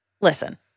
listen